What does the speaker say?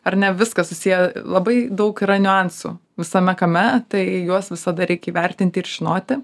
ar ne viskas susiję labai daug yra niuansų visame kame tai juos visada reik įvertinti ir žinoti